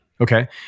Okay